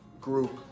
group